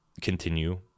continue